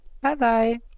Bye-bye